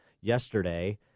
yesterday